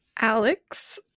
Alex